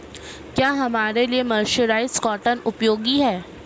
क्या हमारे लिए मर्सराइज्ड कॉटन उपयोगी है?